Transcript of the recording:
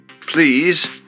Please